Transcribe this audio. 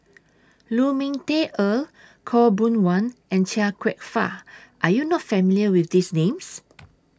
Lu Ming Teh Earl Khaw Boon Wan and Chia Kwek Fah Are YOU not familiar with These Names